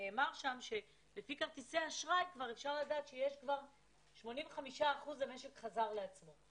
נאמר שם שלפי כרטיסי האשראי כבר אפשר לדעת שהמשק חזר לעצמו ב-85%.